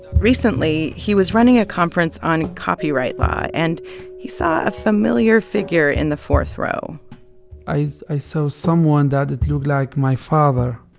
recently, he was running a conference on copyright law, and he saw a familiar figure in the fourth row i saw so someone that looked like my father,